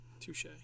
Touche